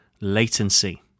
Latency